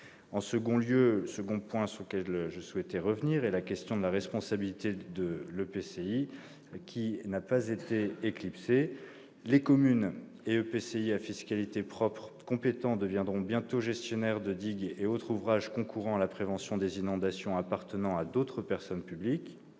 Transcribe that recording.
chose. Le deuxième point que je souhaite évoquer, c'est la question de la responsabilité de l'EPCI, qui n'a pas été éclipsée. Les communes et EPCI à fiscalité propre compétents deviendront bientôt gestionnaires de digues et autres ouvrages concourant à la prévention des inondations appartenant à d'autres personnes publiques.